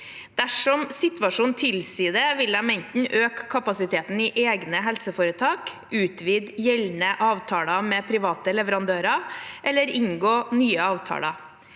Dersom situasjonen tilsier det, vil de enten øke kapasiteten i egne helseforetak, utvide gjeldende avtaler med private leverandører eller inngå nye avtaler.